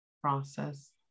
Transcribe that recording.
process